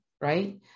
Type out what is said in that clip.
right